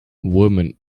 women